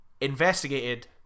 investigated